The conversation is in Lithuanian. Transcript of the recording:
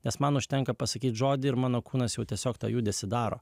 nes man užtenka pasakyt žodį ir mano kūnas tiesiog tą judesį daro